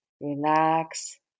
relax